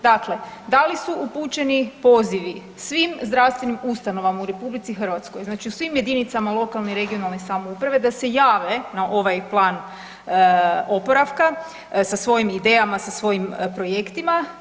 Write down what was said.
Dakle, da li su upućeni pozivi svim zdravstvenim ustanovama u RH, znači u svim jedinicama lokalne i regionalne samouprave da se jave na ovaj plan oporavka sa svojim idejama, sa svojim projektima?